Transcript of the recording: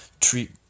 treat